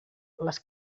les